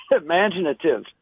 imaginative